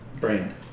brand